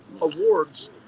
awards